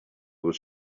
was